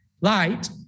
light